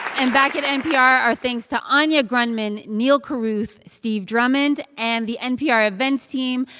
and back at npr, our thanks to anya grundmann, neal carruth, steve drummond and the npr events team,